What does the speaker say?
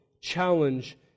challenge